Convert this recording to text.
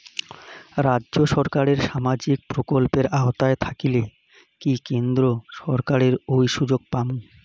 রাজ্য সরকারের সামাজিক প্রকল্পের আওতায় থাকিলে কি কেন্দ্র সরকারের ওই সুযোগ পামু?